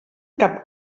cap